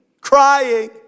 crying